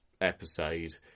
episode